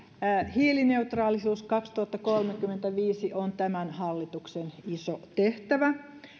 hiilineutraalisuus kaksituhattakolmekymmentäviisi on tämän hallituksen iso tehtävä